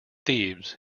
thebes